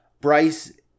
Bryce